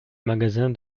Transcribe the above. magasin